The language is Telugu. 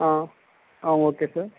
okay sir